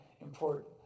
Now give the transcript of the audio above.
important